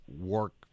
work